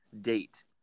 date